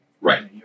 Right